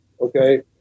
okay